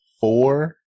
four